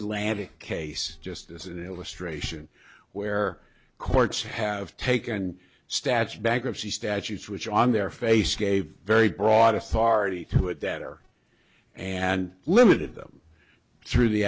d case just as an illustration where courts have taken statute bankruptcy statutes which on their face gave very broad authority to a debtor and limited them through the